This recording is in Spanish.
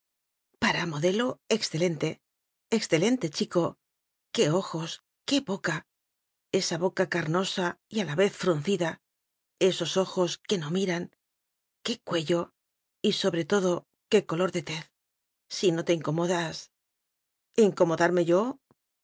para modelo excelente excelente chi co qué ojos qué boca esa boca carnosa y a la vez fruncida esos ojos que no miran qué cuello y sobre todo qué color de tez si no te incomodas incomodarme yo